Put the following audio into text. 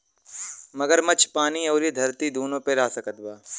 मगरमच्छ पानी अउरी धरती दूनो पे रह सकत बा